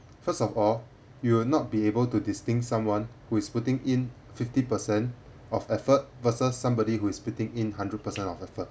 first of all you will not be able to distinct someone who is putting in fifty percent of effort versus somebody who is putting in hundred percent of effort